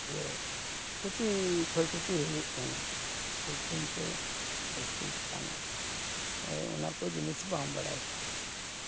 ᱤᱭᱟᱹ ᱠᱷᱚᱛᱤ ᱠᱷᱚᱭ ᱠᱷᱚᱛᱤ ᱦᱩᱭᱩᱜ ᱠᱟᱱᱟ ᱡᱟᱹᱥᱛᱤ ᱞᱮᱠᱟᱱᱟᱜ ᱜᱮ ᱚᱱᱟ ᱠᱚ ᱡᱤᱱᱤᱥ ᱵᱟᱝ ᱵᱟᱲᱟᱭ ᱠᱷᱟᱹᱛᱤᱨ